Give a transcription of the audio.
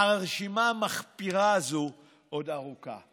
והרשימה המחפירה הזו עוד ארוכה.